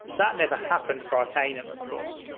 that never happened for arcanum, of course.